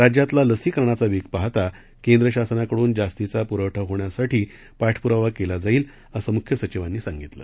राज्यातला लसीकरणाचा वेग पाहता केंद्र शासनाकडून जास्तीचा पुरवठा होण्यासाठी पाठपुरावा केला जाईल असं मुख्य सचिवांनी सांगितलं